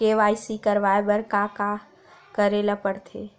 KYC करवाय बर का का करे ल पड़थे?